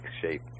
shape